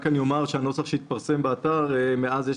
רק אומר שהנוסח שהתפרסם באתר מאז שהוא